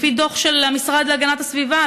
לפי דוח של המשרד להגנת הסביבה,